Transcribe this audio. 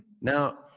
Now